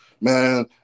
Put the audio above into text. man